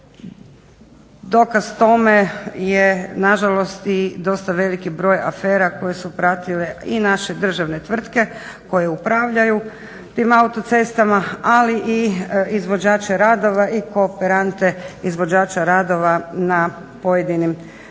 Dokaz tome je nažalost i dosta veliki broj afera koje su pratile i naše državne tvrtke koje upravljaju tim autocestama ali i izvođače radova i kooperante izvođača radova na pojedinim dionicama